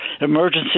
emergency